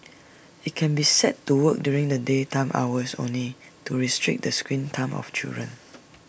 IT can be set to work during the daytime hours only to restrict the screen time of children